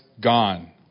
gone